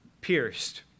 pierced